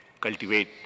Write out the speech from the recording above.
cultivate